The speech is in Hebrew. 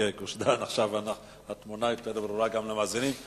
עכשיו התמונה יותר ברורה גם למאזינים.